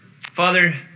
Father